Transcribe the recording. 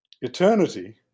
Eternity